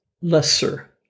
lesser